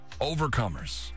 overcomers